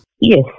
Yes